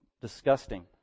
disgusting